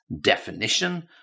definition